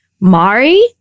Mari